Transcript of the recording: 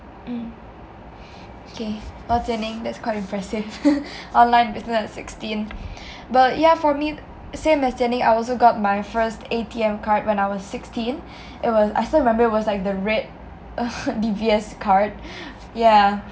mm okay well Jian-Ning that's quite impressive online business at sixteen but yah for me same as Jian-Ning I also got my first A_T_M card when I was sixteen it was I still remember it was like the red D_B_S card ya